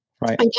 Right